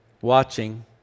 watching